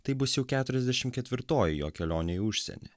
tai bus jau keturiasdešim ketvirtoji jo kelionė į užsienį